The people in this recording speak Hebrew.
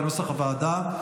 כנוסח הוועדה.